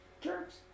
Jerks